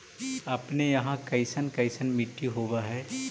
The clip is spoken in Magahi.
अपने यहाँ कैसन कैसन मिट्टी होब है?